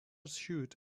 shoot